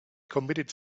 committed